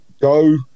go